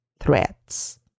threats